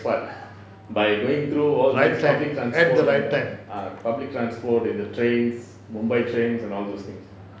high technology at the high technology